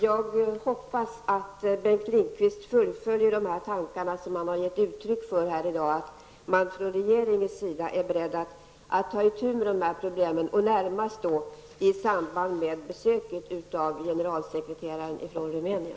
Jag hoppas att Bengt Lindqvist fullföljer de avsikter han givit uttryck för här i dag att från regeringens sida ta itu med dessa problem, närmast i samband med besöket från den rumänske statssekreteraren.